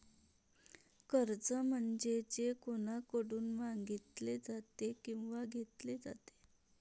कर्ज म्हणजे जे कोणाकडून मागितले जाते किंवा घेतले जाते